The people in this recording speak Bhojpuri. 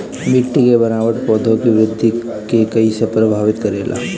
मिट्टी के बनावट पौधों की वृद्धि के कईसे प्रभावित करेला?